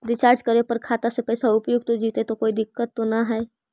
Recharge करे पर का खाता से पैसा उपयुक्त जितै तो कोई दिक्कत तो ना है?